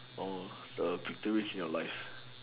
oh the victories in your life